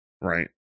right